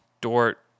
Dort